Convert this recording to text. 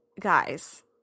guys